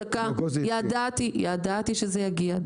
אבו גוש --- ידעתי שזה יגיע.